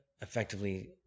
effectively